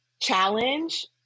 challenge